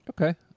Okay